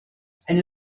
eine